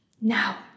Now